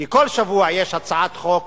כי כל שבוע יש הצעת חוק